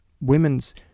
women's